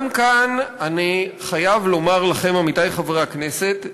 גם כאן, אני חייב לומר לכם, עמיתי חברי הכנסת,